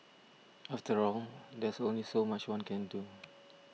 after all there's only so much one can do